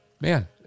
man